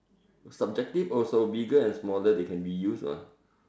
subjective also bigger and smaller they can be use mah